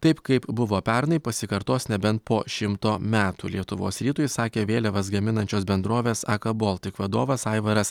taip kaip buvo pernai pasikartos nebent po šimto metų lietuvos rytui sakė vėliavas gaminančios bendrovės aka baltic vadovas aivaras